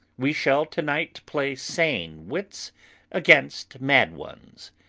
we shall to-night play sane wits against mad ones.